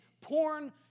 porn